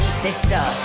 sister